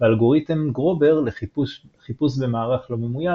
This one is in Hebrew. ואלגוריתם גרובר לחיפוש במערך לא ממוין,